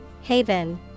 Haven